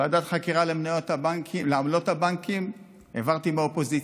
ועדת חקירה לעמלות הבנקים העברתי מהאופוזיציה.